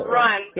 run